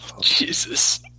Jesus